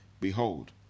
Behold